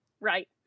Right